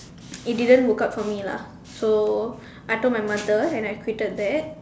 it didn't work out for me lah so I told my mother and I quitted that